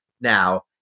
now